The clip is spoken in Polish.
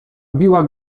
biła